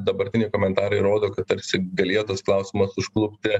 dabartiniai komentarai rodo kad tarsi galėjo tas klausimas užklupti